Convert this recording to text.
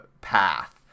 path